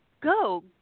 go